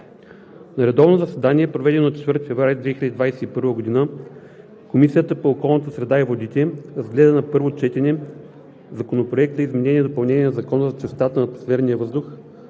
На редовно заседание, проведено на 4 февруари 2021 г., Комисията по околната среда и водите разгледа на първо четене Законопроект за изменение и допълнение на Закона за чистотата на атмосферния въздух,